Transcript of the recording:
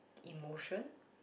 emotion